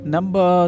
Number